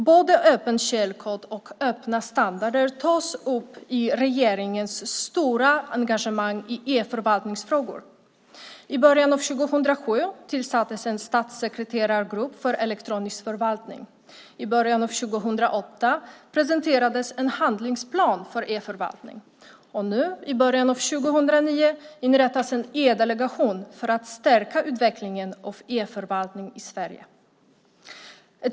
Både öppen källkod och öppna standarder tas upp i regeringens stora engagemang i e-förvaltningsfrågor. I början av 2007 tillsattes en statssekreterargrupp för elektronisk förvaltning. I början av 2008 presenterades en handlingsplan för e-förvaltning. Nu, i början av 2009, inrättas en e-delegation för att stärka utvecklingen av e-förvaltning i Sverige.